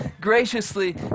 graciously